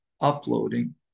uploading